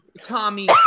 Tommy